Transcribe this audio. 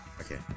Okay